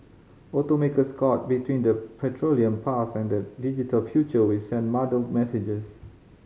automakers caught between the petroleum past and the digital future will send muddled messages